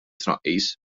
tnaqqis